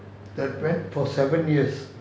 that went for seven years